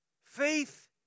Faith